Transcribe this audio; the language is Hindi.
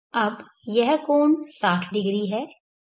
अब यह कोण 600 है यह 600 कैसे है